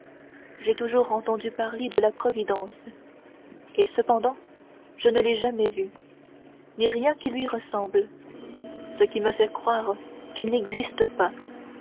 j'ai toujours entendu parler de la providence et cependant je ne l'ai jamais vue ni rien qui lui ressemble ce qui me fait croire qu'elle n'existe pas